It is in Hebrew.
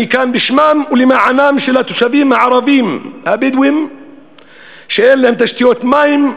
אני כאן בשמם ולמענם של התושבים הערבים הבדואים שאין להם תשתיות מים,